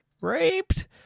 raped